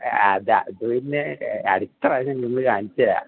ആതാ അത് പിന്നെ അട്ത്ത പ്രാവശ്യം നിങ്ങ കാണിച്ചെരാ